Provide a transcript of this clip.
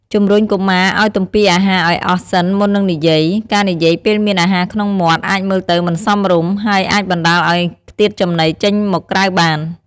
ជំរុញកុមារឲ្យទំពារអាហារឲ្យអស់សិនមុននឹងនិយាយ ការនិយាយពេលមានអាហារក្នុងមាត់ អាចមើលទៅមិនសមរម្យ ហើយអាចបណ្តាលឲ្យខ្ទាតចំណីចេញមកក្រៅបាន។